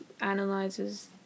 analyzes